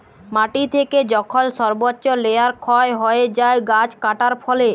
মাটি থেকে যখল সর্বচ্চ লেয়ার ক্ষয় হ্যয়ে যায় গাছ কাটার ফলে